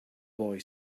boy